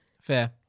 Fair